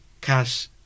cash